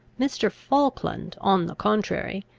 mr. falkland, on the contrary,